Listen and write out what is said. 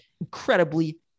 incredibly